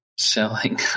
selling